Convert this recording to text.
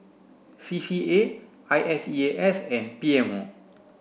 C C A I S E A S and P M O